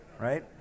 right